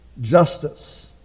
justice